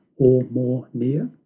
or more near?